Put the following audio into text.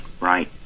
Right